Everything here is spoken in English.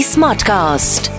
Smartcast